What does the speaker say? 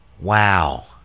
wow